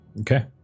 Okay